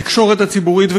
בתקשורת הציבורית,